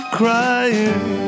crying